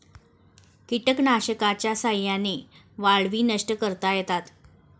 कीटकनाशकांच्या साह्याने वाळवी नष्ट करता येतात